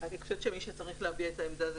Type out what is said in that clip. אני חושבת שמי שצריך להביע את העמדה זה